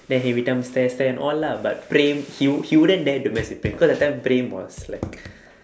then he every time stare stare and all lah but praem he he wouldn't dare to mess with praem cause that time praem was like